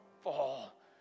fall